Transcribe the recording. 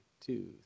two